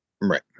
right